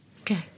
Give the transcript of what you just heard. Okay